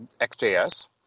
XJS